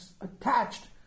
attached